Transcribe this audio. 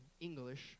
English